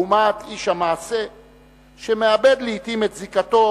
לעומת איש המעשה שמאבד לעתים את זיקתו